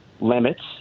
limits